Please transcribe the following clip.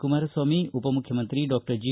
ಕುಮಾರಸ್ವಾಮಿ ಉಪಮುಖ್ಯಮಂತ್ರಿ ಡಾ ಜಿ